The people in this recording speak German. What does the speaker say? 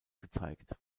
gezeigt